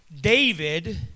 David